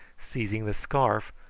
seizing the scarf,